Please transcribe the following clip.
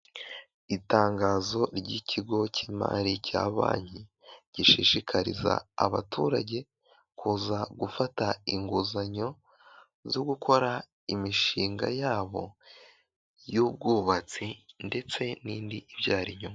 Itangazo ry'ikigo cy'imari cya banki gishishikariza abaturage kuza gufata inguzanyo zo gukora imishinga yabo y'ubwubatsi ndetse n'indi ibyara inyungu.